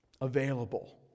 Available